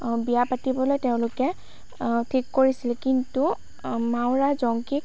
আ বিয়া পাতিবলৈ তেওঁলোকে ঠিক কৰিছিল কিন্তু মাউৰা জংকীক